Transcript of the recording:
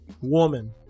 woman